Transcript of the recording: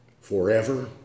forever